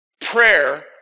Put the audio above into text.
prayer